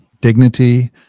dignity